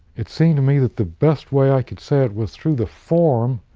it seemed to me that the best way i could say it was through the form